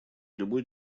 любой